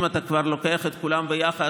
אם אתה כבר לוקח את כולן ביחד,